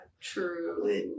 True